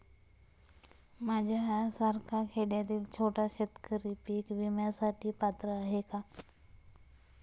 माझ्यासारखा खेड्यातील छोटा शेतकरी पीक विम्यासाठी पात्र आहे का?